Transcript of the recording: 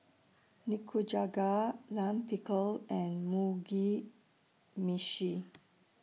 Nikujaga Lime Pickle and Mugi Meshi